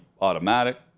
automatic